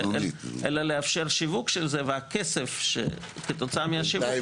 אלא לאפשר שיווק של זה והכסף כתוצאה מהשיווק